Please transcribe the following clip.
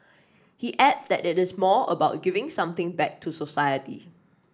he adds that it is more about giving something back to society